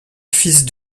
fils